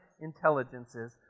intelligences